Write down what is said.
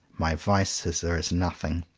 my vices are as nothing.